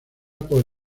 por